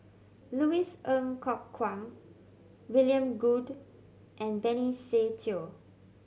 Louis Ng Kok Kwang William Goode and Benny Se Teo